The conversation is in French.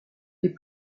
est